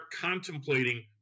contemplating